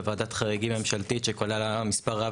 בוועדת חריגים ממשלתית שכללה מספר רב